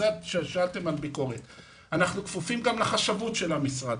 אנחנו כפופים גם לחשבות של המשרד,